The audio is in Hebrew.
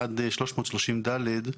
עד "330ד",